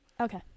Okay